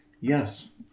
Yes